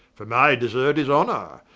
for my desert is honor.